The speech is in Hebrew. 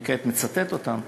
אני כעת מצטט אותם,